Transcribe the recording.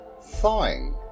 thawing